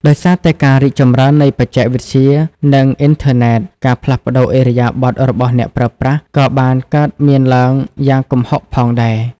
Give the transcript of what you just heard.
ដោយសារតែការរីកចម្រើននៃបច្ចេកវិទ្យា និងអ៊ីនធឺណិត ការផ្លាស់ប្ដូរឥរិយាបថរបស់អ្នកប្រើប្រាស់ ក៏បានកើតមានឡើងយ៉ាងគំហុកផងដែរ។